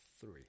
three